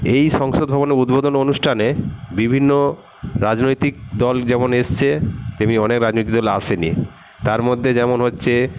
এই সংসদ ভবনে উদ্বোধন অনুষ্ঠানে বিভিন্ন রাজনৈতিক দল যেমন এসছে তেমনি অনেক রাজনৈতিক দল আসে নি তার মধ্যে যেমন হচ্ছে